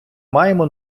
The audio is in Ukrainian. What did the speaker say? маємо